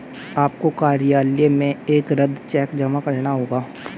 आपको कार्यालय में एक रद्द चेक जमा करना होगा